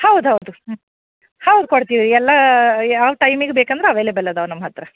ಹೌದು ಹೌದು ಹ್ಞೂ ಹೌದು ಕೊಡ್ತೀವಿ ಎಲ್ಲ ಯಾವ ಟೈಮಿಗೆ ಬೇಕಂದ್ರೆ ಅವೆಲೆಬಲ್ ಅದಾವೆ ನಮ್ಮ ಹತ್ತಿರ